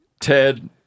Ted